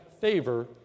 favor